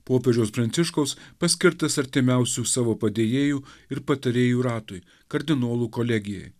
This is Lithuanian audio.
popiežiaus pranciškaus paskirtas artimiausių savo padėjėjų ir patarėjų ratui kardinolų kolegijai